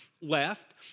left